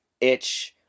itch